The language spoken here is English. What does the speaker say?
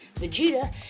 Vegeta